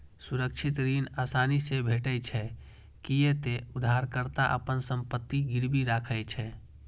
सुरक्षित ऋण आसानी से भेटै छै, कियै ते उधारकर्ता अपन संपत्ति गिरवी राखै छै